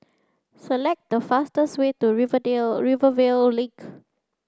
select the fastest way to Rivervale Link